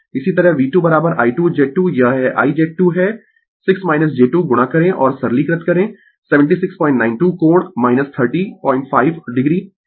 इसी तरह V2 I 2 Z2 यह है IZ2 है 6 j 2 गुणा करें और सरलीकृत करें 7692 कोण 305 o मिलेगा